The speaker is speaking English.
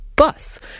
Bus